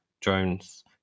drones